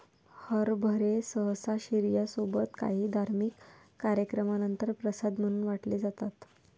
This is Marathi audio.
हरभरे सहसा शिर्या सोबत काही धार्मिक कार्यक्रमानंतर प्रसाद म्हणून वाटले जातात